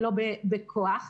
ולא בכוח,